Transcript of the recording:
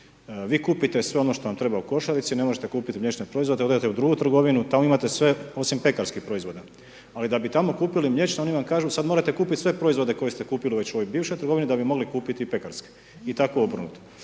Vi kupite sve ono što vam treba u košarici, ne možete kupiti mliječne proizvode, odete u drugu trgovinu, tamo imate sve osim pekarskih proizvoda. Ali da bi tamo kupili mliječno oni vam kažu sada morate kupiti sve proizvode koje ste kupili već u ovoj bivšoj trgovini da bi mogli kupiti pekarske i tako obrnuto.